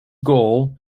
goal